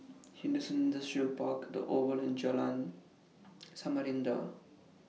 Henderson Industrial Park The Oval and Jalan Samarinda